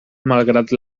malgrat